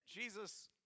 Jesus